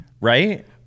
right